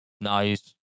Nice